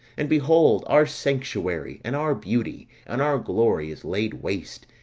and behold our sanctuary, and our beauty, and our glory is laid waste,